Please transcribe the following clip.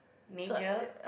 major